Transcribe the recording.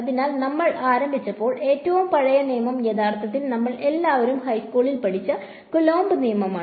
അതിനാൽ നമ്മൾ ആരംഭിച്ചപ്പോൾ ഏറ്റവും പഴയ നിയമം യഥാർത്ഥത്തിൽ നമ്മൾ എല്ലാവരും ഹൈസ്കൂളിൽ പഠിച്ച കൂലംബ് നിയമമാണ്